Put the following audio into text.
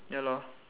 ya lor